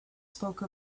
spoke